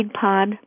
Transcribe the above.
pod